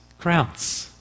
crowns